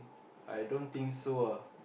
I don't think so